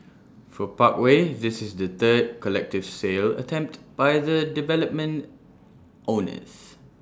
for Parkway this is the third collective sale attempt by the development's owners